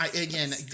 again